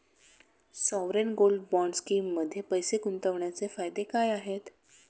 Sovereign gold bond स्कीममध्ये पैसे गुंतवण्याचे फायदे काय आहेत?